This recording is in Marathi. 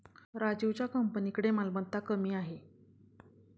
राजीवच्या कंपनीकडे मालमत्ता कमी आहे